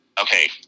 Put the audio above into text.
okay